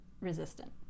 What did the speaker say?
resistant